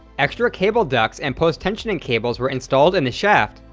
extra cable ducts and post-tensioning cables were installed in the shaft,